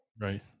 Right